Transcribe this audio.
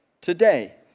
Today